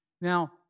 Now